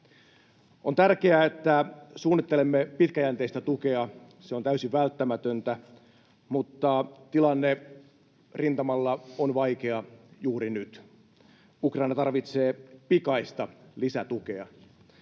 On tärkeää, että suunnittelemme pitkäjänteistä tukea. Se on täysin välttämätöntä, mutta tilanne rintamalla on vaikea juuri nyt. Ukraina tarvitsee pikaista lisätukea,